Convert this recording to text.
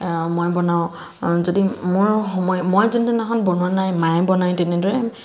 মই বনাওঁ যদি মোৰ সময় মই যোনদিনাখন বনোৱা নাই মায়ে বনাই তেনেদৰে